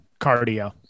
cardio